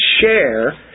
share